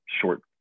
short